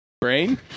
Brain